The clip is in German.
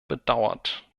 bedauert